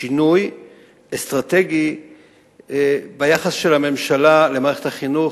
שינוי אסטרטגי ביחס של הממשלה למערכת החינוך.